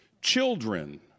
Children